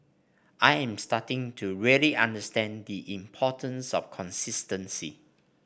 I am starting to really understand the importance of consistency